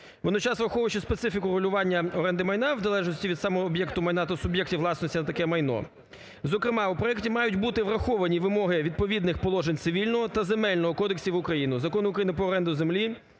Водночас враховуючи специфіку врегулювання оренди майна в залежності від самого об'єкту майна та суб'єктів власності на таке майно, зокрема в проекті мають бути враховані вимоги відповідних положень Цивільного та Земельного кодексів України, Закон України "Про оренду землі",